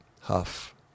Huff